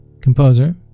composer